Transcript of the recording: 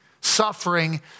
suffering